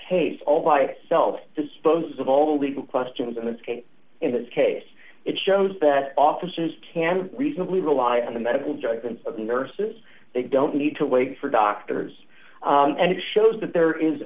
tastes all by itself disposed of all the legal questions in this case in this case it shows that officers can reasonably rely on the medical judgment of the nurses they don't need to wait for doctors and it shows that there is